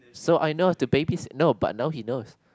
so I know the babies no but now he know